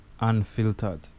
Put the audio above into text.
Unfiltered